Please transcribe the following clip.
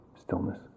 stillness